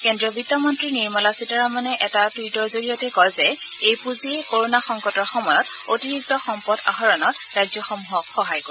কেন্দ্ৰীয় বিত্ত মন্তী নিৰ্মলা সীতাৰমণে এটা টুইটৰ জৰিয়তে কয় যে এই পুঁজিয়ে ক'ৰণা সংকটৰ সময়ত অতিৰিক্ত সম্পদ আহৰণত ৰাজ্যসমূহক সহায় কৰিব